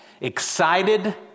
excited